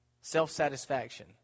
self-satisfaction